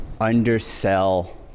undersell